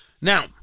Now